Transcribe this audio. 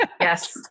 yes